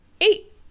eight